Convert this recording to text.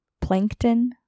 plankton